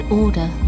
order